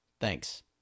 Thanks